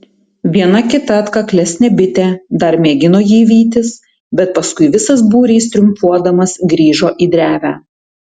viena kita atkaklesnė bitė dar mėgino jį vytis bet paskui visas būrys triumfuodamas grįžo į drevę